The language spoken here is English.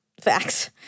Facts